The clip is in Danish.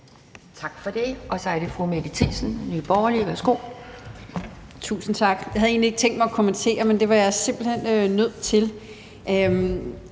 Tak for det. Så er det fru Mette Thiesen, Nye Borgerlige. Værsgo. Kl. 12:25 Mette Thiesen (NB): Tusind tak. Jeg havde egentlig ikke tænkt mig at kommentere det, men det er jeg simpelt hen nødt til.